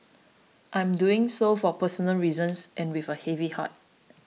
I am doing so for personal reasons and with a heavy heart